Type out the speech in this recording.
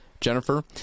Jennifer